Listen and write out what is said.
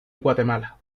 guatemala